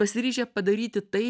pasiryžę padaryti tai